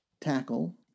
tackle